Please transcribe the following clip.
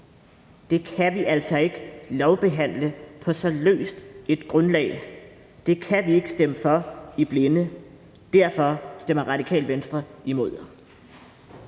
Det kan vi altså ikke lovbehandle på så løst et grundlag; det kan vi ikke stemme for i blinde – derfor stemmer Radikale Venstre imod.